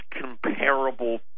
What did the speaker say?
comparable